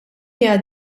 hija